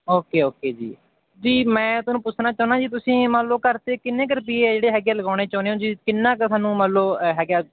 okay okay ਜੀ ਜੀ ਮੈਂ ਤੁਹਾਨੂੰ ਪੁੱਛਣਾ ਚਾਹੁੰਦਾ ਜੀ ਤੁਸੀਂ ਮੰਨ ਲਓ ਘਰ 'ਤੇ ਕਿੰਨੇ ਕੁ ਰੁਪਈਏ ਜਿਹੜੇ ਹੈਗੇ ਲਗਾਉਣੇ ਚਾਹੁੰਦੇ ਹੋ ਜੀ ਕਿੰਨਾ ਕੁ ਤੁਹਾਨੂੰ ਮੰਨ ਲਓ ਹੈਗਾ